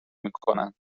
میکنن